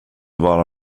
vara